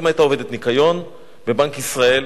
אמא היתה עובדת ניקיון בבנק ישראל.